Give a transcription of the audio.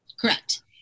Correct